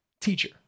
teacher